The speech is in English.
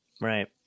Right